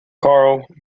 carl